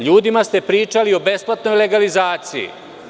Ljudima ste pričali o besplatnoj legalizaciji.